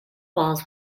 walls